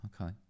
Okay